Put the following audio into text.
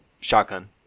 shotgun